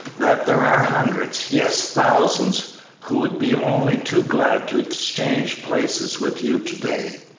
that there are hundreds yes, thousands who would be only too glad to exchange places with you to-day?